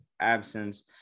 absence